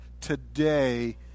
today